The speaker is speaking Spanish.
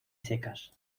secas